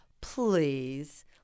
Please